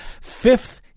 fifth